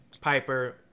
Piper